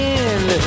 end